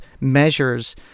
measures—